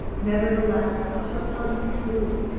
nevertheless, i shall tell you truly,